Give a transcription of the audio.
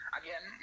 again